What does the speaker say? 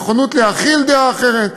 נכונות להכיל דעה אחרת.